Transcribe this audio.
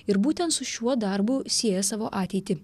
ir būtent su šiuo darbu sieja savo ateitį